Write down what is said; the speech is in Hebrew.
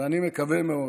ואני מקווה מאוד